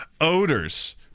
odors